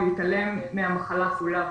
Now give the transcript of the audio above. להתעלם מהמחלה כולה וכו'.